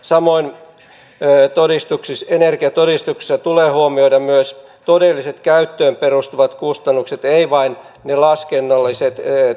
samoin energiatodistuksessa tulee huomioida myös todelliset käyttöön perustuvat kustannukset ei vain ne laskennalliset teoreettiset arvot